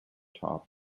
top